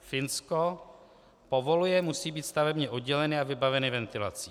Finsko povoluje, musí být stavebně odděleny a vybavení ventilací.